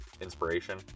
inspiration